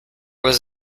was